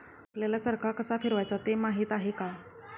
आपल्याला चरखा कसा फिरवायचा ते माहित आहे का?